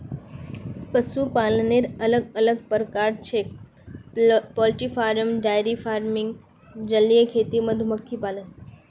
पशुपालनेर अलग अलग प्रकार छेक पोल्ट्री फार्मिंग, डेयरी फार्मिंग, जलीय खेती, मधुमक्खी पालन